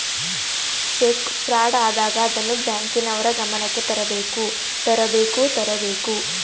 check fraud ಆದಾಗ ಅದನ್ನು ಬ್ಯಾಂಕಿನವರ ಗಮನಕ್ಕೆ ತರಬೇಕು ತರಬೇಕು ತರಬೇಕು